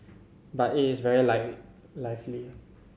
but it is very lively